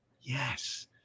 yes